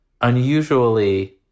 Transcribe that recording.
unusually